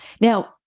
Now